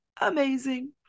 amazing